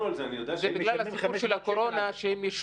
זה תנאי מגורים, זה לא שייך.